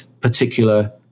particular